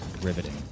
riveting